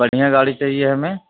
بڑھیاں گاڑی چاہیے ہمیں